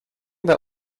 that